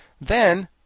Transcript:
Then